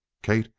kate,